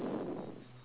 noted